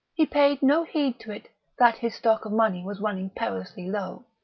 he paid no heed to it that his stock of money was running perilously low,